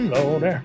Lord